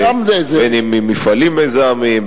בין אם ממפעלים מזהמים,